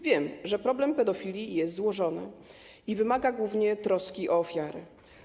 Wiem, że problem pedofilii jest złożony i wymaga głównie troski o ofiarę.